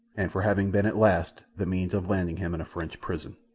and for having been at last the means of landing him in a french prison.